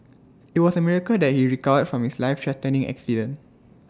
IT was A miracle that he recovered from his lifethreatening accident